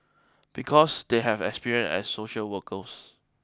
because they have experience as social workers